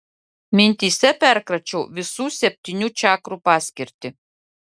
mintyse perkračiau visų septynių čakrų paskirtį